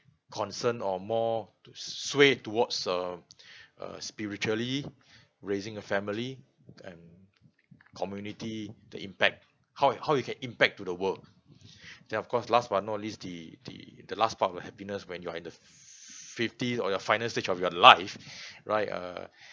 concerned or more to swayed towards um uh spiritually raising a family and community the impact how you how you can impact to the world then of course last but not least the the the last part of your happiness when you're in the f~ fifties or your final stage of your life right err